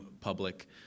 public